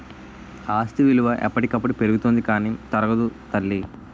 ఆస్తి విలువ ఎప్పటికప్పుడు పెరుగుతుంది కానీ తరగదు తల్లీ